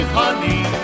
honey